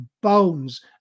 bones